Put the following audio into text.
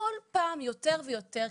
כל פעם יותר ויותר,